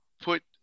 put